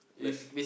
nash~